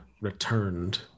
returned